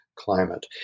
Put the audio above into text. Climate